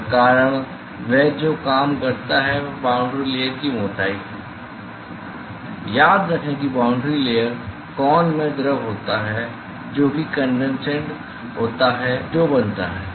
और कारण वह जो काम करता है वह बाउंड्री लेयर की मोटाई है याद रखें कि बाउंड्री लेयर कॉन में द्रव होता है जो कि कंडेनसेट होता है जो बनता है